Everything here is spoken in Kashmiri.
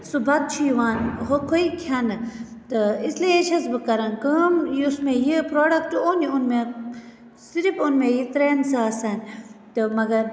سُہ بَتہٕ چھُ یِوان ہۅکھوٚے کھیٚنہٕ تہٕ اِسلیے چھَس بہٕ کَران کٲم یُس مےٚ یہِ پرٛوڈَکٹہٕ اوٚن یہِ اوٚن مےٚ صِرف اوٚن مےٚ یہِ ترٛیٚن ساسَن تہٕ مگر